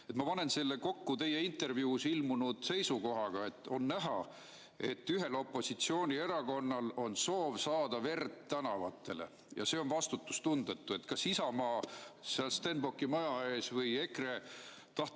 Ma panen selle kokku teie intervjuus ilmunud seisukohaga, et on näha, et ühel opositsioonierakonnal on soov saada verd tänavatele ja see on vastutustundetu. Kas Isamaa seal Stenbocki maja ees või EKRE tahab